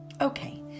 Okay